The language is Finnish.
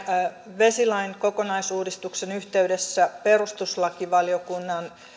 vesilain kokonaisuudistuksen yhteydessä perustuslakivaliokunnan